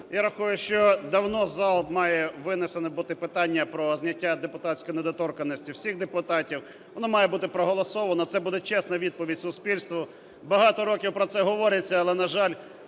Я рахую, що давно в зал має винесене бути питання про зняття депутатської недоторканності всіх депутатів. Воно має бути проголосовано, це буде чесна відповідь суспільству. Багато років про це говориться, але, на жаль,